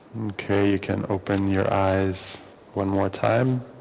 okay you can open your eyes one more time